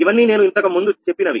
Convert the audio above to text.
ఇవన్నీ నేను ఇంతకు ముందు చెప్పినవి